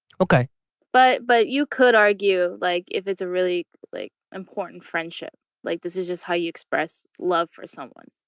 okay d but but you could argue like if it's a really like important friendship like this is just how you express love for someone.